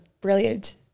brilliant